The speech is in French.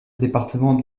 département